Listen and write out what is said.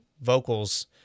vocals